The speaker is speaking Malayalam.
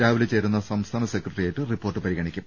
രാവിലെ ചേരുന്ന സംസ്ഥാന സെക്രട്ടേറിയറ്റ് റിപ്പോർട്ട് പരിഗണിക്കും